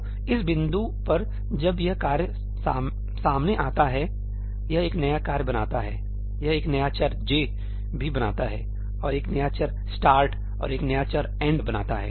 तो इस बिंदु पर जब यह कार्य सामने आता है यह एक नया कार्य बनाता हैयह एक नया चर 'j' भी बनाता हैऔर एक नया चर start' और एक नया चर end' बनाता है